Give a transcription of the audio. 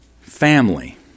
family